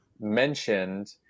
mentioned